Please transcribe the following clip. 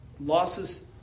losses